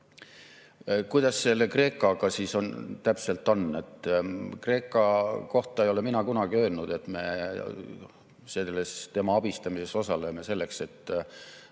Kuidas selle Kreekaga siis täpselt on? Kreeka kohta ei ole mina kunagi öelnud, et me tema abistamises osaleme selleks, et